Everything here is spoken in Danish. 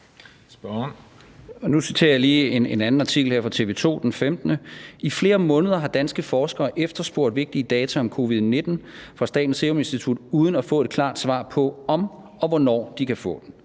Nu citerer jeg lige en anden artikel her fra TV 2's hjemmeside den 15. maj: »I flere måneder har danske forskere efterspurgt vigtige data om covid-19 fra Statens Serum Institut uden at få et klart svar på om og hvornår de kan få den.